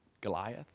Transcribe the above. Goliath